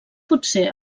potser